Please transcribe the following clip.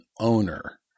owner